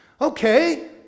Okay